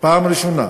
בפעם הראשונה,